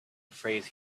phrase